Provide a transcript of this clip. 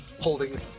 holding